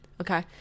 okay